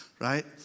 right